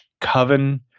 coven